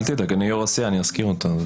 אל תדאג, אני אזכיר אותה.